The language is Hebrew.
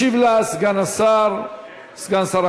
ישיב לה סגן שר החינוך